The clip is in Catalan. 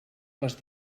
les